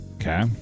Okay